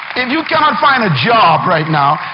if you cannot find a job right now,